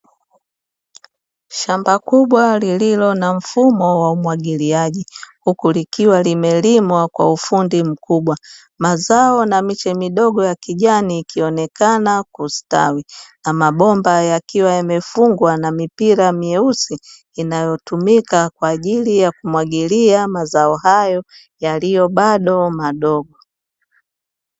Shamba kubwa lililo na mfumo wa umwagiliaji, huku likiwa limelimwa kwa ufundi mkubwa. Mazao na miche midogo ya kijani nikionekana kustawi na mabomba yakiwa yamefungwa na mipira miyeusi ikitumika kwa ajili ya kumwagilia mazao hayo yaliyo bado madogo.